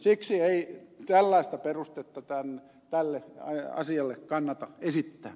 siksi ei tällaista perustetta tälle asialle kannata esittää